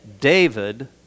David